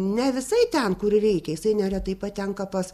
ne visai ten kur reikia jisai neretai patenka pas